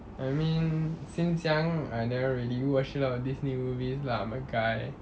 I mean since young I never really watch a lot of Disney movies lah I'm a guy